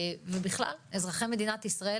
ובכלל אזרחי מדינת ישראל,